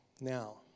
now